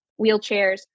wheelchairs